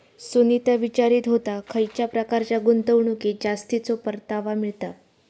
सुनीता विचारीत होता, खयच्या प्रकारच्या गुंतवणुकीत जास्तीचो परतावा मिळता?